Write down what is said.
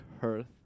hearth